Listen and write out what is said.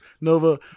Nova